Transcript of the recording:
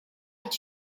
est